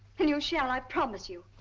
and you shall i promise you.